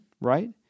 right